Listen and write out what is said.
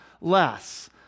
less